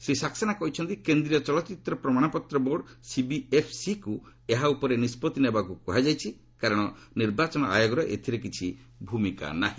ଶ୍ରୀ ସାକସେନା କହିଛନ୍ତି କେନ୍ଦ୍ରୀୟ ଚଳଚ୍ଚିତ୍ର ପ୍ରମାଣପତ୍ର ବୋର୍ଡ୍ ସିବିଏଫ୍ସିକୁ ଏହା ଉପରେ ନିଷ୍କଭି ନେବାକୁ କୁହାଯାଇଛି କାରଣ ନିର୍ବାଚନ ଆୟୋଗର ଏଥିରେ କିଛି ଭୂମିକା ନାହିଁ